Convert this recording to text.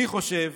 אני חושב,